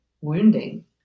wounding